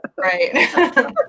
Right